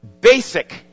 basic